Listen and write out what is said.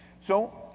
so,